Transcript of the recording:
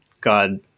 God